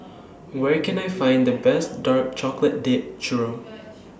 Where Can I Find The Best Dark Chocolate Dipped Churro